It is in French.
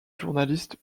journaliste